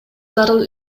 зарыл